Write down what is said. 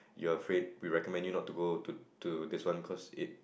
you're afraid we recommend you not to go to to this one cause it